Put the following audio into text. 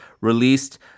released